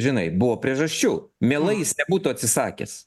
žinai buvo priežasčių mielai jis nebūtų atsisakęs